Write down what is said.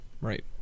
right